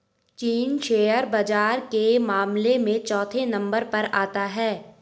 चीन शेयर बाजार के मामले में चौथे नम्बर पर आता है